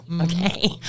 Okay